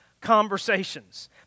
conversations